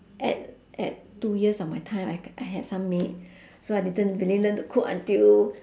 at at two years of my time I I had some maid so I didn't really learn to cook until